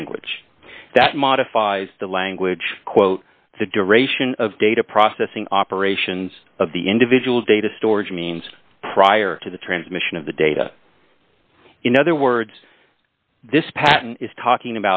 language that modifies the language quote the duration of data processing operations of the individual data storage means prior to the transmission of the data in other words this patent is talking